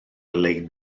lein